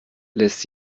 lässt